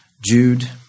Jude